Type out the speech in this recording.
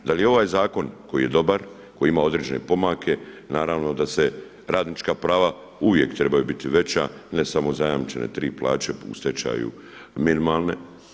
Da li je ovaj zakon koji je dobar, koji ima određene pomake, naravno da radnička prava uvijek trebaju biti veća a ne samo zajamčene 3 plaće u stečaju minimalne.